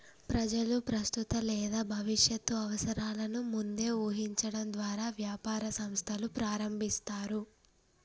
ప్రజలు ప్రస్తుత లేదా భవిష్యత్తు అవసరాలను ముందే ఊహించడం ద్వారా వ్యాపార సంస్థలు ప్రారంభిస్తారు